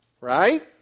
right